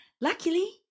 Luckily